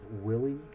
Willie